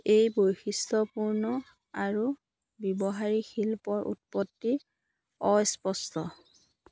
এই বৈশিষ্ট্যপূৰ্ণ আৰু ব্যৱহাৰিক শিল্পৰ উৎপত্তি অস্পষ্ট